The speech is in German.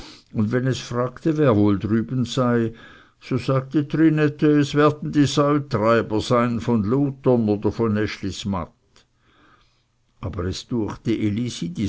und wenn es fragte wer wohl drüben sei so sagte trinette es werden die säutreiber sein von lutern oder von eschlismatt aber es düechte elisi